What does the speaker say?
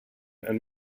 and